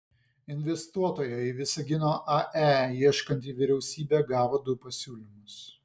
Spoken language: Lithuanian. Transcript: investuotojo į visagino ae ieškanti vyriausybė gavo du pasiūlymus